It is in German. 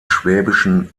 schwäbischen